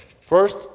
First